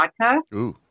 vodka